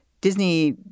Disney